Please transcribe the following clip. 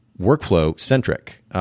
workflow-centric